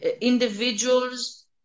individuals